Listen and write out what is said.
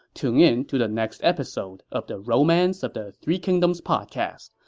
tune in to the next episode of the romance of the three kingdoms podcast.